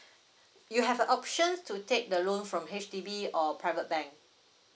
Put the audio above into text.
you have a option to take the loan from H_D_B or private bank